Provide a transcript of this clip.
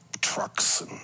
trucks